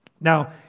Now